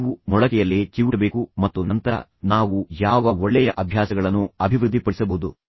ನೀವು ಮೊಳಕೆಯಲ್ಲೇ ಚಿವುಟಬೇಕು ಮತ್ತು ನಂತರ ನಾವು ಯಾವ ಒಳ್ಳೆಯ ಅಭ್ಯಾಸಗಳನ್ನು ಅಭಿವೃದ್ಧಿಪಡಿಸಬಹುದು